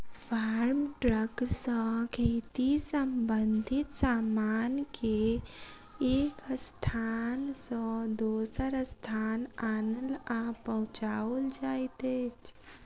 farm truck सॅ खेती संबंधित सामान के एक स्थान सॅ दोसर स्थान आनल आ पहुँचाओल जाइत अछि